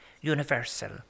universal